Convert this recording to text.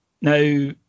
Now